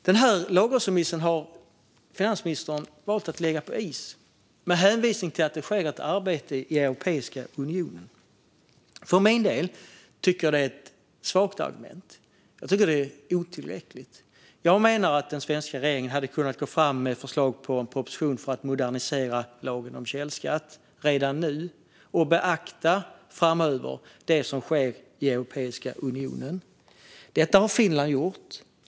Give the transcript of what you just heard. Den lagrådsremissen har finansministern valt att lägga på is, med hänvisning till att det sker ett arbete inom Europeiska unionen. Jag tycker att det är ett svagt argument. Det är otillräckligt. Jag menar att den svenska regeringen redan nu hade kunnat gå fram med ett förslag på en proposition för att modernisera lagen om källskatt och framöver beakta det som sker i Europeiska unionen. Det har Finland gjort.